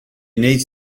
needs